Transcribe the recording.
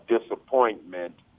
disappointment